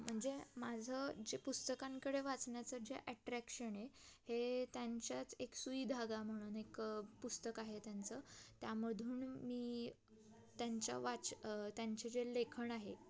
म्हणजे माझं जे पुस्तकांकडे वाचण्याचं जे ॲट्रॅक्शन आहे हे त्यांच्याच एक सुईधागा म्हणून एक पुस्तक आहे त्यांचं त्यामधून मी त्यांच्या वाच त्यांचे जे लेखन आहे